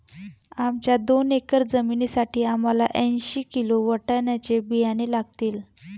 आमच्या दोन एकर जमिनीसाठी आम्हाला ऐंशी किलो वाटाण्याचे बियाणे लागतील